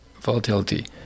volatility